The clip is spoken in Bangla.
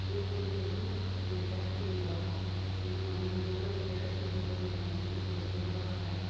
এই করে যৌতুক মেয়েদের কাছ থেকে নেওয়া হয় কিন্তু মানুষ মনে করে এদের কাছ থেকে যৌতুক নেয় না কিন্তু যৌতুক নেওয়া হয়